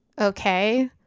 okay